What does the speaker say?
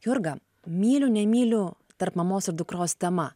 jurga myliu nemyliu tarp mamos ir dukros tema